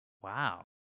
Wow